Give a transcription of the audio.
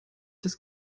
das